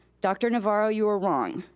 dr. navarro, you are wrong.